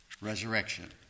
resurrection